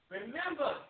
Remember